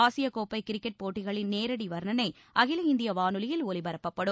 ஆசிய கோப்பை கிரிக்கெட் போட்டிகளின் நேரடி வர்ணனை அகில இந்திய வானொலியில் ஒலிபரப்பப்படும்